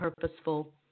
purposeful